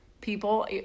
people